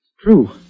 true